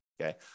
okay